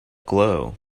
glow